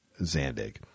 Zandig